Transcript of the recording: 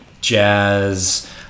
jazz